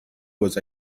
was